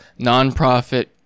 nonprofit